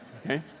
Okay